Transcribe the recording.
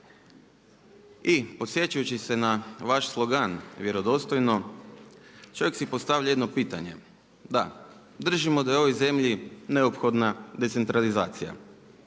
i podsjećajući se na vaš slogan #Vjerodostojno čovjek si postavlja jedno pitanje, da, držimo da je ovoj zemlji neophodna decentralizacija,